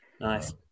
Nice